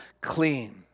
clean